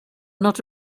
not